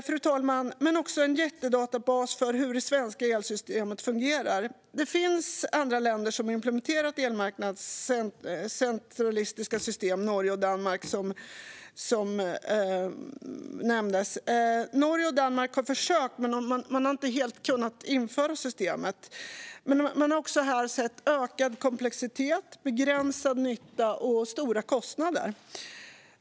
Och det skulle, fru talman, också vara en jättedatabas för hur det svenska elsystemet fungerar. Det finns andra länder som har implementerat elmarknadscentralistiska system, till exempel Norge och Danmark. Norge och Danmark har försökt, men man har inte helt kunnat införa systemet. Man har också sett ökad komplexitet, begränsad nytta och stora kostnader med detta.